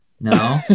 no